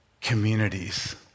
communities